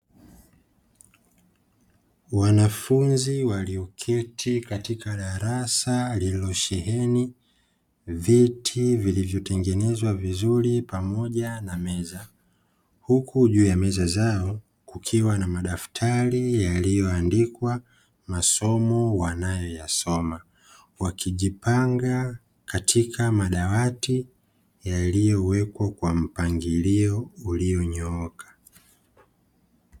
Wanafunzi walioketi katika darasa lililosheheni viti vilivyotengenezwa vizuri pamoja na meza, huku juu ya meza zao kukiwa na madaftari yaliyoandikwa masomo wanayoyasoma; wakijipanga katika madawati yaliyowekwa kwa mpangilio ulionyooka.